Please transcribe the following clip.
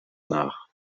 nach